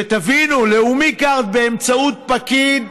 שתבינו, לאומי קארד באמצעות פקיד,